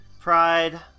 Pride